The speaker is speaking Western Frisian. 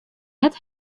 net